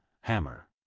Hammer